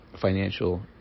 financial